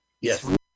Yes